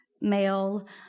male